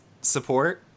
support